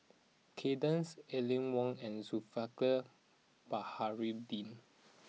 Kay Das Aline Wong and Zulkifli Baharudin